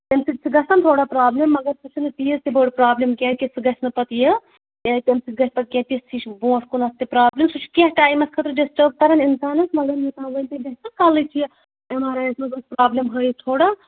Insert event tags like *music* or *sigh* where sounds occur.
تَمہِ سۭتۍ چھِ گژھان تھوڑا پرٛابلِم مگر سُہ چھُنہٕ تیٖژ تہِ بٔڑ پرٛابلِم کینٛہہِ کہِ سُہ گَژھِ نہٕ پَتہٕ یہِ یا تَمہِ سۭتۍ گَژھِ پَتہٕ کیٚنٛہہ تِژھ ہِش برٛونٹھ کُنَتھ تہِ پرٛابلِم سُہ چھُ کیٚنٛہہ ٹایمس خٲطرٕ ڈِسٹٲرٕب کَران اِنسانَس مگر *unintelligible* کَلٕچ یہِ اٮ۪م آر آی یَس منٛز پرٛابلِم ہٲیِتھ تھوڑا